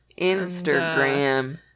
Instagram